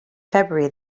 february